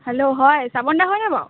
hello হয় শ্ৰাবন দা হয় নাই বাৰু